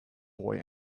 boy